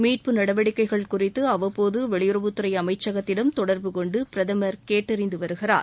மீட்பு நடவடிக்கைகள் குறித்து அவ்வப்போது வெளியுறவுத் துறை அமைச்சகத்திடம் தொடர்பு கொண்டு பிரதமர் கேட்டறிந்து வருகிறார்